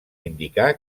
indicar